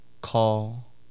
call